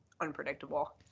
unpredictable